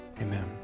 Amen